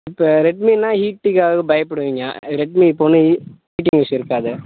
ரெட்மின்னா ஹீட்டுக்காக பயப்படுவீங்க ரெட்மி இப்போ ஒன்றும் ஹீட்டிங் இஸ்ஸு இருக்காது